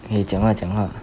可以讲话讲话